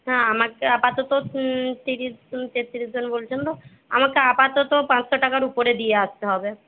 হ্যাঁ আমাকে আপাতত তিরিশ জন তেত্রিশ জন বলছেন তো আমাকে আপাতত পাঁচশো টাকার উপরে দিয়ে আসতে হবে